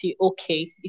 okay